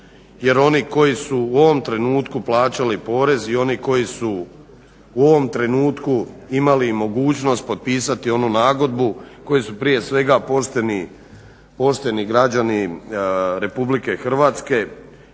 jer oni koji su u ovom trenutku plaćali porez i oni koji su u ovom trenutku imali mogućnost potpisati onu nagodbu koju su prije svega pošteni građani RH a